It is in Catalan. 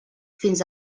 fins